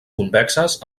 convexes